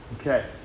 Okay